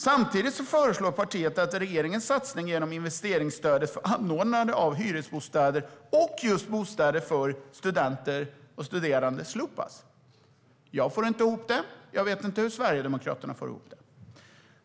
Samtidigt föreslår partiet att regeringens satsning på investeringsstöd för anordnande av hyresbostäder och bostäder för studenter ska slopas. Jag får inte ihop det, och jag vet inte hur Sverigedemokraterna får ihop det.